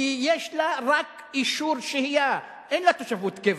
כי יש לה רק אישור שהייה, אין לה תושבות קבע,